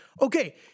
okay